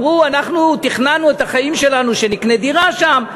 אמרו: אנחנו תכננו את החיים שלנו שנקנה דירה שם,